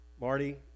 Marty